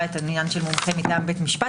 את העניין של מומחה מטעם בית משפט.